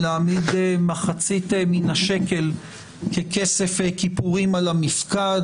להעמיד מחצית מן השקל ככסף כיפורים על המפקד,